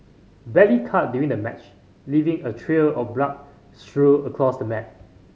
badly cut during the match leaving a trail of blood strewn across the mat